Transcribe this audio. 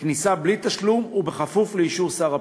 לכניסה בלי תשלום ובכפוף לקבלת אישור שר הפנים".